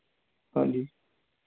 ਹਾਂਜੀ